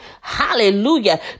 Hallelujah